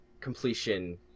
completion